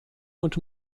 und